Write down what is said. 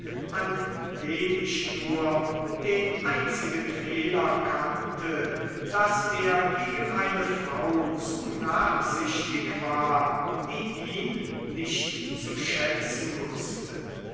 an dem ich nur den einzigen fehler kannte daß er gegen eine frau zu nachsichtig war die ihn nicht zu schätzen wußte